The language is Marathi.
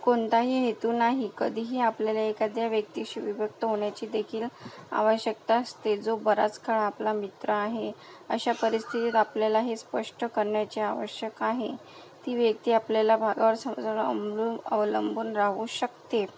कोणताही हेतू नाही कधीही आपल्याला एकाद्या व्यक्तीशी विभक्त होण्याचीदेखील आवश्यकता असते जो बराच काळ आपला मित्र आहे अशा परिस्थितीत आपल्याला हे स्पष्ट करण्याची आवश्यक आहे ती व्यक्ती आपल्याला भागावर समजून उमजून अवलंबून राहू शकते